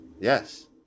Yes